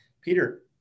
peter